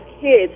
kids